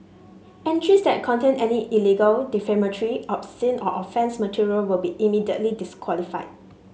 entries that contain any illegal defamatory obscene or offensive material will be immediately disqualified